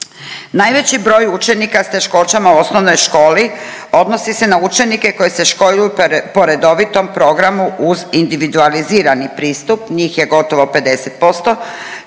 Najveći broj učenika s teškoćama u osnovnoj školi odnosi se na učenike koji se školuju po redovitom programu uz individualizirani pristup, njih je gotovo 50%